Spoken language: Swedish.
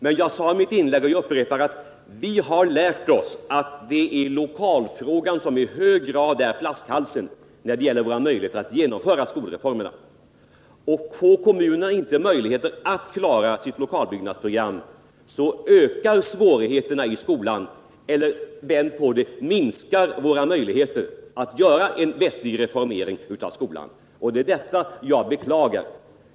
Men jag sade i mitt inlägg — och jag upprepar det — att vi har lärt oss att det är lokalfrågan som i hög grad är flaskhalsen när det gäller våra möjligheter att genomföra skolreformerna. Får kommunerna inte möjligheter att klara sitt lokalbyggnadsprogram, så ökar svårigheterna i skolan eller — med andra ord — minskar våra möjligheter att göra en vettig reformering av skolan. Det är detta jag beklagar.